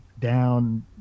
down